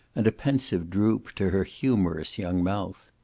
and a pensive droop to her humorous young mouth.